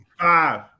five